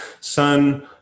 Son